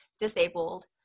disabled